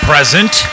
Present